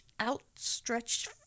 outstretched